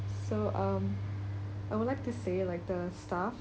so um I would like to say like the staff